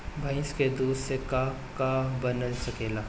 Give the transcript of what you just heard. भइस के दूध से का का बन सकेला?